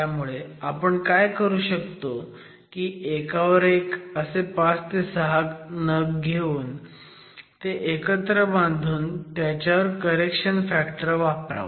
त्यामुळे आपण काय करू शकतो की एकावर एक असे 5 ते 6 नग घेऊन ते एकत्र बांधून त्याच्यावर करेक्शन फॅक्टर वापरावा